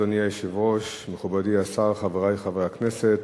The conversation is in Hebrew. אדוני היושב-ראש, מכובדי השר, חברי חברי הכנסת,